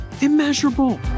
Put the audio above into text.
Immeasurable